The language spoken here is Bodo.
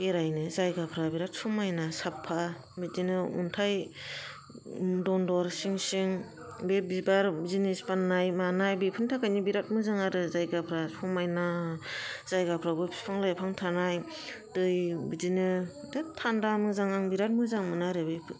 बेरायनो जायगाफ्रा बिराद समायना साफा बिदिनो अन्थाइ दन्दर सिं सिं बे बिबार जिनिस फाननाय मानाय बेफोरनि थाखायबा मोजां आरो जायगाफ्रा समायना जायगाफ्राबो बिफां लाइफां थानाय दै बिदिनो थान्दा मोजां आं बिराद मोजां मोनो आरो